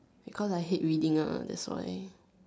because I hate reading ah thats why